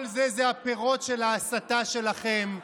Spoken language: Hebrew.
כל זה הפירות של ההסתה שלכם,